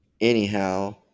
anyhow